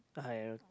I